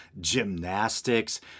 gymnastics